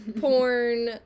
porn